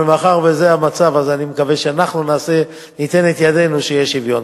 אבל מאחר שזה המצב אני מקווה שאנחנו ניתן את ידנו שיהיה שוויון.